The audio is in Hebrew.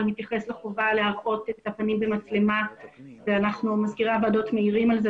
מתייחס לחובה להראות את הפנים במצלמה ומזכירי הוועדות מעירים על כך.